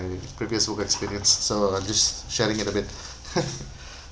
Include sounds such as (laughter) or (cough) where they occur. previous work experience so I'm just sharing it a bit (laughs) (breath)